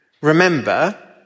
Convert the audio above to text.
remember